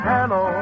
Hello